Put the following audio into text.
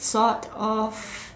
sort of